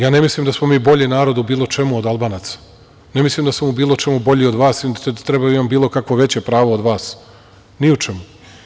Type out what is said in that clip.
Ja ne mislim da smo mi bolji narod u bilo čemu od Albanaca, ne mislim da sam u bilo čemu bolji od vas, i da treba da imam veća prava od vas, ni u čemu.